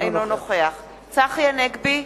אינו נוכח צחי הנגבי,